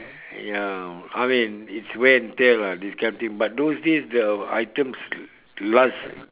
ya I mean it's wear and tear lah this kind of thing but those days the items last